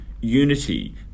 unity